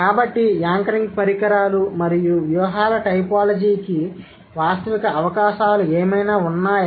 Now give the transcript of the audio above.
కాబట్టి యాంకరింగ్ పరికరాలు మరియు వ్యూహాల టైపోలాజీకి వాస్తవిక అవకాశాలు ఏమైనా ఉన్నాయా